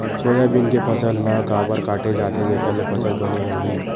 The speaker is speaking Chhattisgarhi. सोयाबीन के फसल ल काबर काटे जाथे जेखर ले फसल बने होही?